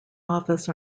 office